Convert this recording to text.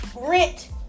rent